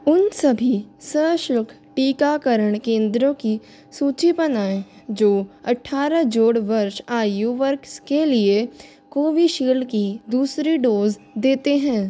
उन सभी सशुल्क टीकाकरण केंद्रों की सूची बनाएँ जो अट्ठारह जोड़ वर्ष आयु वर्ग के लिए कोविशील्ड की दूसरी डोज देते हैं